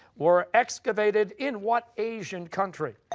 were excavated in what asian country?